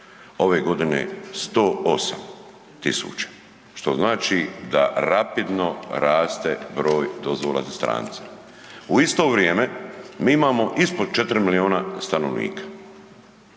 ove godine 108.000 što znači da rapidno raste broj dozvola za strance. U isto vrijeme mi imamo ispod 4 miliona stanovnika,